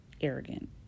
arrogant